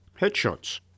headshots